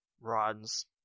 runs